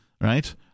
right